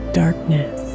darkness